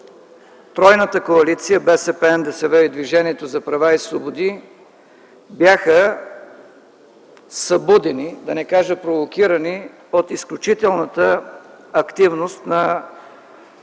тройната коалиция – БСП, НДСВ и Движението за права и свободи, бяха събудени, да не кажа провокирани, от изключителната активност на